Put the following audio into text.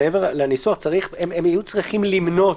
מעבר לניסוח הם יהיו צריכים למנות